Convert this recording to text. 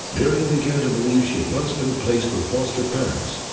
miriam began to believe she had once been placed with foster parents.